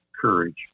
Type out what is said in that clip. courage